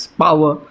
power